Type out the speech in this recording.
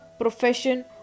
profession